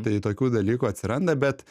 tai tokių dalykų atsiranda bet